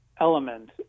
element